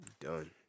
Done